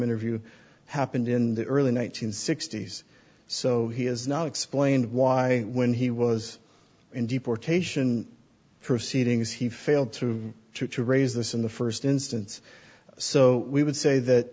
interview happened in the early one nine hundred sixty s so he has not explained why when he was in deportation proceedings he failed to try to raise this in the first instance so we would say that